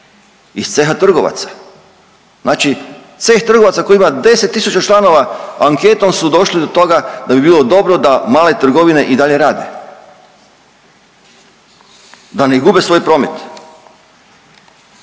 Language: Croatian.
iz Ceha trgovaca. Znači Ceh trgovaca koji ima 10 tisuća članova anketom su došli do toga da bi bilo dobro da male trgovine i dalje rade, da ne gube svoj promet.